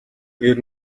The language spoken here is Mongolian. гэр